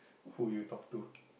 who would you talk to